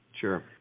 sure